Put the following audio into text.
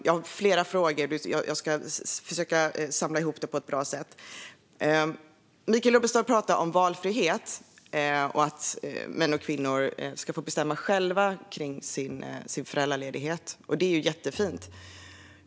Jag har flera frågor och ska försöka samla ihop dem på ett bra sätt. Michael Rubbestad pratar om valfrihet och att män och kvinnor ska få bestämma själva om sin föräldraledighet. Det är jättefint.